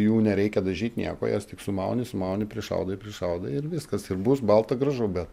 jų nereikia dažyt nieko jas tik sumauni sumauni prišaudai prišaudai ir viskas ir bus balta gražu be